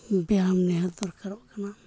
ᱵᱮᱭᱟᱢ ᱱᱤᱦᱟᱹᱛ ᱫᱚᱨᱠᱟᱨᱚᱜ ᱠᱟᱱᱟ